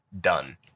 done